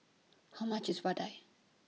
How much IS Vadai